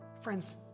Friends